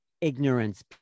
ignorance